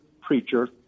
preacher